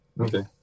okay